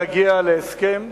אנחנו רוצים להגיע להסכם,